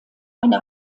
eine